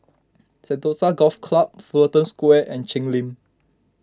Sentosa Golf Club Fullerton Square and Cheng Lim